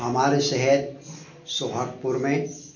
हमारे शहर सुहागपुर में